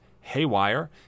Haywire